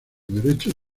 derechos